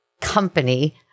company